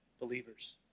believers